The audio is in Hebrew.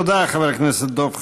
תודה, חבר הכנסת דב חנין.